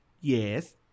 Yes